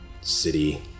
City